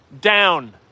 down